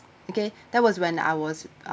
okay that was when I was